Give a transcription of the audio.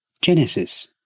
Genesis